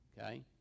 okay